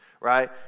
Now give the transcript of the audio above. right